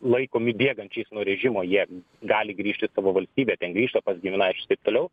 laikomi bėgančiais nuo režimo jie gali grįžt į savo valstybę ten grįžta pas giminaičius taip toliau